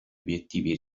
obiettivi